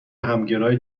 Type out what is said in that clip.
همگرای